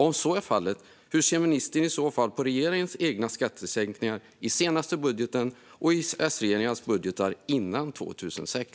Om så är fallet: Hur ser ministern på regeringens egna skattesänkningar i den senaste budgeten och i S-regeringens budgetar före 2006?